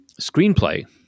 screenplay